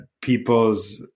people's